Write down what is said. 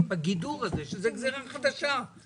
ההצעה שלכם,